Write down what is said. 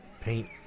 paint